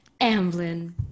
Amblin